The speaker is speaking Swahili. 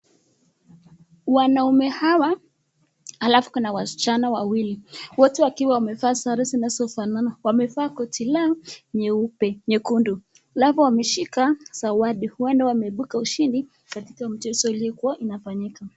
Wanaume hawa, alafu kuna waschana wawili, wote wakiwa wamevaa sare zinazofanana, wamevaa koti lao ,nyekundu alafu wameshika zawadi, huenda wameibuka washidi katika mchezo iliyokuwa inafanyika.